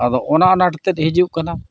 ᱟᱫᱚ ᱚᱱᱟ ᱟᱱᱟᱴᱛᱮᱫ ᱦᱤᱡᱩᱜ ᱠᱟᱱᱟ